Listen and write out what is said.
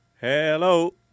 Hello